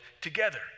together